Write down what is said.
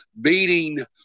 beating